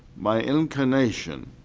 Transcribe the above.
my inclination,